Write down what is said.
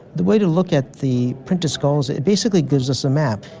the way to look at the printed skulls, it's basically gives us a map.